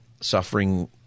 suffering